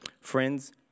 Friends